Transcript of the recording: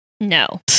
No